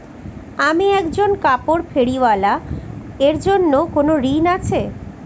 আমি একজন কাপড় ফেরীওয়ালা এর জন্য কোনো ঋণ আছে?